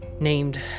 named